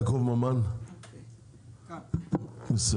יעקב ממן, קדימה.